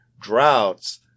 droughts